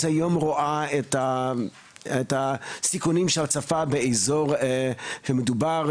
רואה היום את הסיכונים של הצפה באזור המדובר,